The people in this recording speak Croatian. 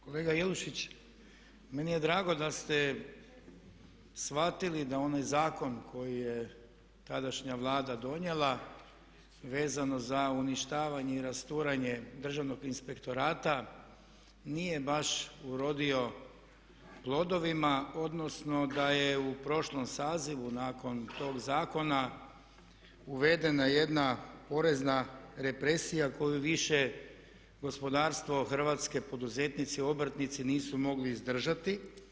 Kolega Jelušić meni je drago da ste shvatili da onaj zakon koji je tadašnja Vlada donijela vezano za uništavanje i rasturanje državnog inspektorata nije baš urodio plodovima, odnosno da je u prošlom sazivu nakon tog zakona uvedena jedna porezna represija koju više gospodarstvo hrvatske, poduzetnici, obrtnici nisu mogli izdržati.